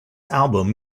album